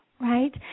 Right